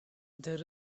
there